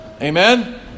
Amen